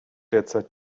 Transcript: derzeit